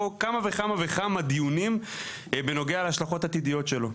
כמה וכמה דיונים בנוגע להשלכות עתידיות שלו.